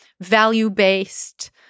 value-based